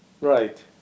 Right